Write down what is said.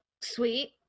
Sweet